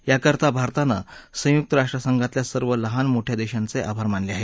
याकरता भारतानं संयुक्त राष्ट्रासंघातल्या सर्व लहान मोठया देशांचे आभार मानले आहेत